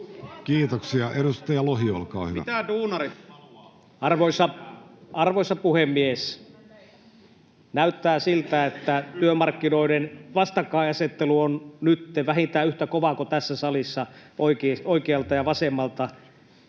Time: 11:51 Content: Arvoisa puhemies! Näyttää siltä, että työmarkkinoiden vastakkainasettelu on nytten vähintään yhtä kovaa kuin tässä salissa oikealta ja vasemmalta.